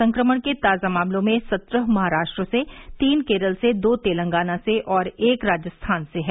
संक्रमण के ताजा मामलों में सत्रह महाराष्ट्र से तीन केरल से दो तेलंगाना से और एक राजस्थान से है